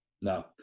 No